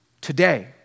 Today